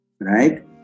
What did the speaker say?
right